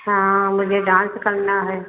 हाँ मुझे डांस करना है